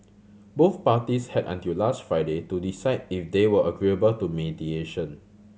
both parties had until last Friday to decide if they were agreeable to mediation